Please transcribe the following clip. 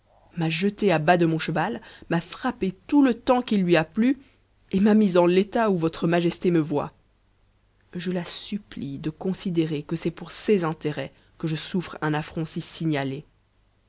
m'a jeté à bas de mon cbeva m'a frappé tout le temps qu'il lui a plu et m'a mis'en l'état où votre majesté me voit je la supplie de considérer que c'est pour ses intérêts que je souffre un affront si signalé